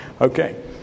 Okay